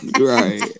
Right